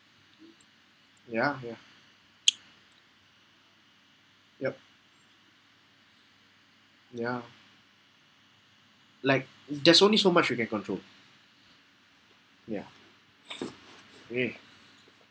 ya ya yup ya like mm there's only so much you can control ya okay